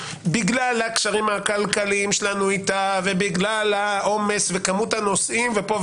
בגלל הקשרים הכלכליים שלנו איתה והעומס וכמות הנוסעים וכו',